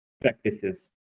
practices